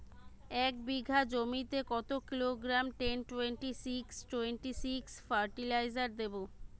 এক বিঘা জমিতে কত kilogram ten twenty six twenty six fertiliser দেবো?